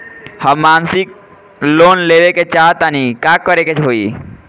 हम मासिक लोन लेवे के चाह तानि का करे के होई?